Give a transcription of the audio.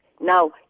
now